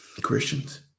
Christians